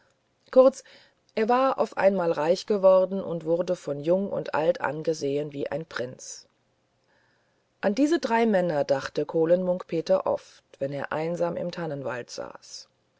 kurz er war auf einmal reich geworden und wurde von jung und alt angesehen wie ein prinz an diese drei männer dachte kohlen munk peter oft wenn er einsam im tannenwald saß